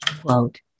Quote